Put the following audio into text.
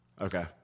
Okay